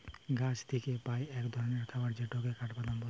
গাছ থিকে পাই এক ধরণের খাবার যেটাকে কাঠবাদাম বলে